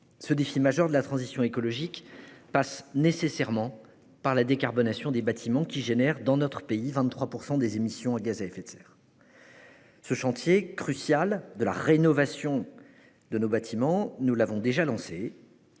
Ce défi majeur de la transition écologique passe nécessairement par la décarbonation des bâtiments, qui produisent 23 % des émissions de gaz à effet de serre de notre pays. Ce chantier crucial de la rénovation de nos bâtiments, nous l'avons déjà lancé,